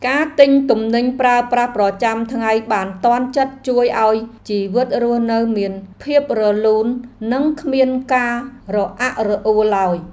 ការទិញទំនិញប្រើប្រាស់ប្រចាំថ្ងៃបានទាន់ចិត្តជួយឱ្យជីវិតរស់នៅមានភាពរលូននិងគ្មានការរអាក់រអួលឡើយ។